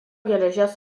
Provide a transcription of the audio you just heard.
geležies